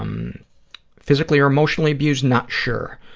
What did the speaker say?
um physically or emotionally abused? not sure.